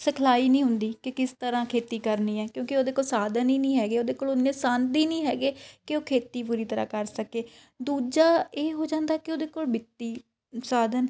ਸਿਖਲਾਈ ਨਹੀਂ ਹੁੰਦੀ ਕਿ ਕਿਸ ਤਰ੍ਹਾਂ ਖੇਤੀ ਕਰਨੀ ਹੈ ਕਿਉਂਕਿ ਉਹਦੇ ਕੋਲ ਸਾਧਨ ਹੀ ਨਹੀਂ ਹੈਗੇ ਉਹਦੇ ਕੋਲ ਉਨੇ ਸੰਦ ਹੀ ਨਹੀਂ ਹੈਗੇ ਕਿ ਉਹ ਖੇਤੀ ਪੂਰੀ ਤਰ੍ਹਾਂ ਕਰ ਸਕੇ ਦੂਜਾ ਇਹ ਹੋ ਜਾਂਦਾ ਕਿ ਉਹਦੇ ਕੋਲ ਵਿੱਤੀ ਸਾਧਨ